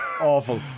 Awful